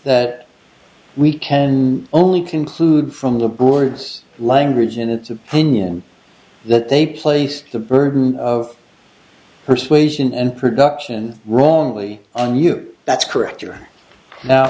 that we can only conclude from the board's language in its opinion that they place the burden of persuasion and production wrongly on you that's correct or now